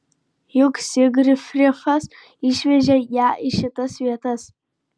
juk zigfridas išvežė ją į šitas vietas